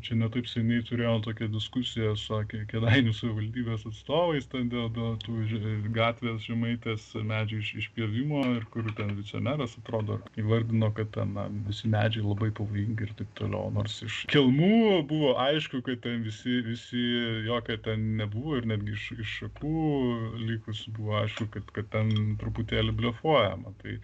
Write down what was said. čia ne taip seniai turėjau tokią diskusiją sakė kėdainių savivaldybės atstovais dėl dėl tų že gatvės žemaitės medžių iš išpjovimo ir kur ten vicemeras atrodo įvardino kad ten na visi medžiai labai pavojingi ir taip toliau nors iš kelmų buvo aišku kad visi visi jokio ten nebuvo ir netgi iš šakų likusių buvo aišku kad kad ten truputėlį blefuojama tai